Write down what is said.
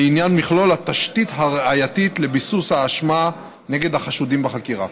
לעניין מכלול התשתית הראייתית לביסוס האשמה נגד החשודים בחקירה.